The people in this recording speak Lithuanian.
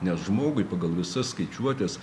nes žmogui pagal visas skaičiuotes